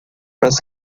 mas